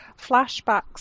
flashbacks